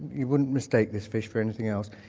you wouldn't mistake this fish for anything else.